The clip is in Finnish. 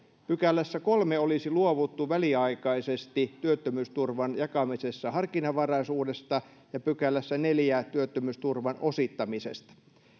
pykälässä olisi luovuttu väliaikaisesti työttömyysturvan jakamisessa harkinnanvaraisuudesta ja neljännessä pykälässä työttömyysturvan osittamisesta